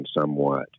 somewhat